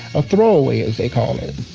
a throwaway as they call with